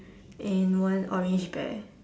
and one orange bear